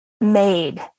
made